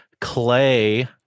Clay